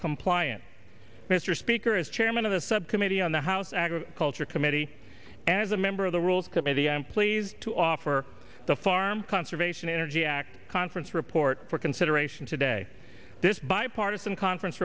compliant mr speaker is chairman of the subcommittee on the house agriculture committee as a member of the rules committee i'm pleased to offer the farm conservation energy act conference report for consideration today this bipartisan conference